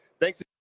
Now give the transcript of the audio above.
Thanks